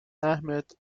ahmed